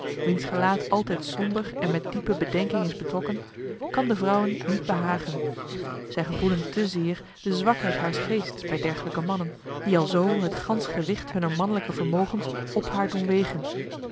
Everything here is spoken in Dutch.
wiens gelaat altijd somber en met diepe bedenking is betrokken kan de vrouwen niet behagen zij gevoelen te zeer de zwakheid haars geests bij dergelijke mannen die alzo het gans gewicht hunner manlijke vermogens op haar doen wegen